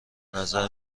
نظر